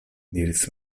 diris